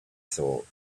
thought